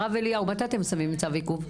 הרב אליהו, מתי אתם שמים צו עיכוב?